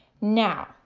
Now